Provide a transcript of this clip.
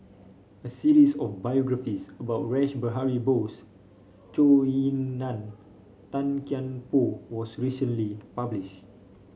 a series of biographies about Rash Behari Bose Zhou Ying Nan Tan Kian Por was recently published